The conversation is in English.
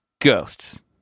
Ghosts